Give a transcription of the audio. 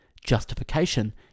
justification